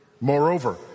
Moreover